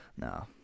no